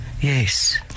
yes